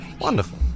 Wonderful